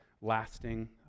lasting